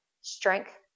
strength